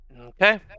Okay